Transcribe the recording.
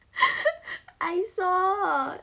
I saw